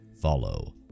follow